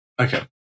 Okay